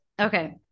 Okay